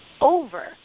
over